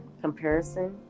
comparison